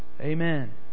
Amen